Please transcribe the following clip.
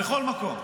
בכל מקום.